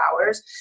hours